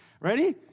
Ready